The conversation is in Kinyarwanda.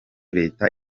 leta